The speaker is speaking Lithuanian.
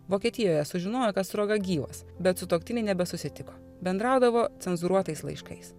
vokietijoje sužinojo kad sruoga gyvas bet sutuoktiniai nebesusitiko bendraudavo cenzūruotais laiškais